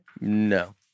no